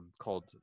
called